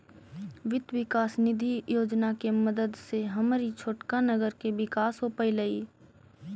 वित्त विकास निधि योजना के मदद से हमर ई छोटका नगर के विकास हो पयलई